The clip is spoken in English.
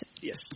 yes